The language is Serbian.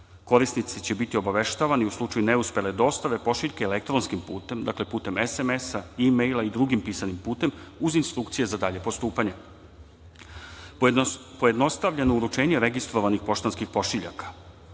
korisnici će biti obaveštavani u slučaju neuspele dospele pošiljke elektronskim putem, putem SMS-a, mejla i drugim pisanim putem, uz instrukcije za dalje postupanje. Dalje, pojednostavljeno uručenje registrovanih poštanskih pošiljaka.